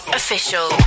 official